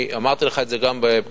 אמרתי לך את זה גם בפגישתנו,